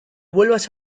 vuelvas